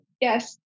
Yes